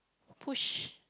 push